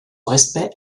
respect